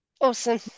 awesome